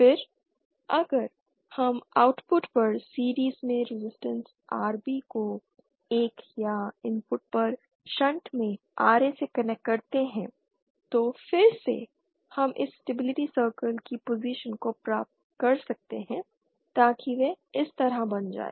फिर अगर हम आउटपुट पर सीरिज़ में रेजिस्टेंस Rb को 1 या इनपुट पर शंट में Ra से कनेक्ट करते हैं तो फिर से हम इस स्टेबिलिटी सर्कल्स की पोजीशन को प्राप्त कर सकते हैं ताकि वे इस तरह बन जाएं